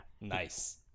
nice